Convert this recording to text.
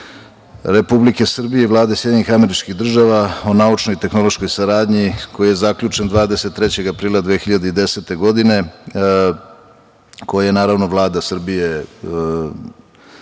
Republike Srbije i Vlade Sjedinjenih Američkih Država o naučno-tehnološkoj saradnji, koji je zaključen 23. aprila 2010. godine, koji je Vlada Srbije